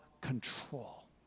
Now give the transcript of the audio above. control